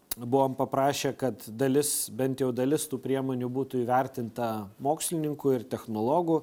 buvom paprašę kad dalis bent jau dalis tų priemonių būtų įvertinta mokslininkų ir technologų